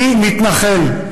אני מתנחל,